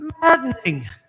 maddening